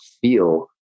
feel